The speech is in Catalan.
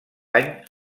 any